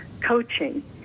coaching